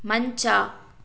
ಮಂಚ